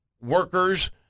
workers